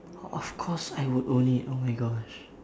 of course I would own it oh my gosh